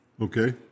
Okay